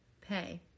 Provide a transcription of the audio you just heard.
Pay